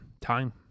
time